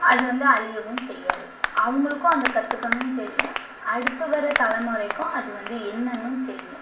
அது வந்து அழியவும் செய்யாது அவங்களுக்கும் அதை கற்றுக்கணும்னு தெரியும் அடுத்து வர தலைமுறைக்கும் அது வந்து என்னென்னும் தெரியும்